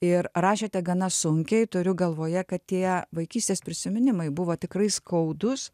ir rašėte gana sunkiai turiu galvoje kad tie vaikystės prisiminimai buvo tikrai skaudūs